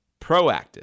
proactive